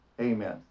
Amen